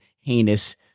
heinous